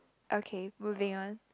okay moving on